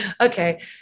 okay